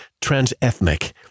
trans-ethnic